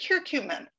Curcumin